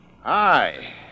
Hi